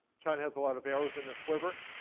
china has a lot of errors in the quiver.